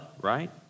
right